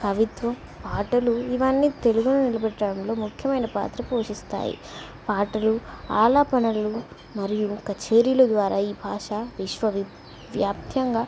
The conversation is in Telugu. కవిత్వం పాటలు ఇవన్నీ తెలుగుని నిలబెట్టడంలో ముఖ్యమైన పాత్ర పోషిస్తాయి పాటలు ఆలా పనులు మరియు కచేరీలు ద్వారా ఈ భాష విశ్వవి వ్యాప్త్యంగా